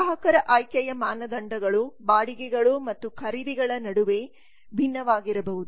ಗ್ರಾಹಕರ ಆಯ್ಕೆಯ ಮಾನದಂಡಗಳು ಬಾಡಿಗೆಗಳು ಮತ್ತು ಖರೀದಿಗಳ ನಡುವೆ ಭಿನ್ನವಾಗಿರಬಹುದು